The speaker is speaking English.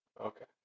Okay